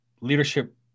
leadership